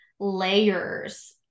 layers